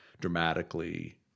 dramatically